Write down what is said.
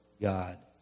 God